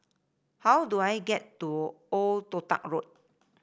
how do I get to Old Toh Tuck Road